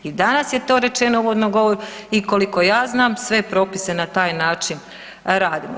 I danas je to rečeno u uvodnom govoru i koliko ja znam sve propise na taj način radimo.